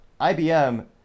IBM